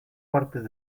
partes